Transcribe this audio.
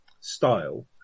style